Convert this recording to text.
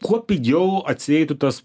kuo pigiau atsieitų tas